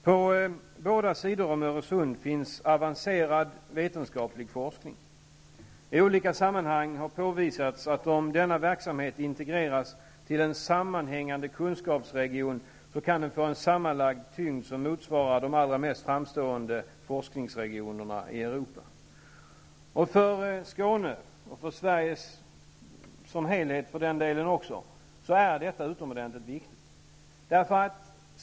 På båda sidor om Öresund finns avancerad vetenskaplig forskning. I olika sammanhang har påvisats att om denna verksamhet integreras till en sammanhängande kunskapsregion kan denna få en sammanlagd tyngd som motsvarar de allra mest framstående forskningsregionerna i För Skåne och för Sverige som helhet är detta utomordentligt viktigt.